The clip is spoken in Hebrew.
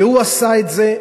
והוא עשה את זה,